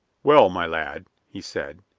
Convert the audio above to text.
well, my lad, he said,